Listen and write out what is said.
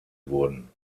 wurden